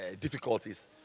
difficulties